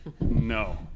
No